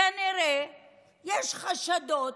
כנראה יש חשדות.